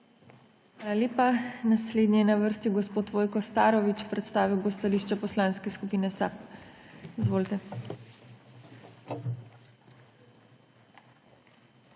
Hvala.